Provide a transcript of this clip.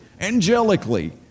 angelically